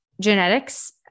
genetics